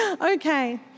Okay